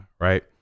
right